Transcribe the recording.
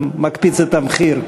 מקפיצה את המחיר.